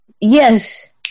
Yes